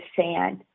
sand